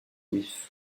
with